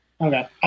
Okay